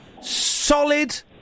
solid